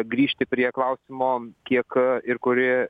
grįžti prie klausimo kiek ir kuri